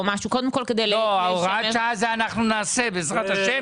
את זה אנחנו נעשה, בעזרת השם.